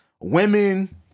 women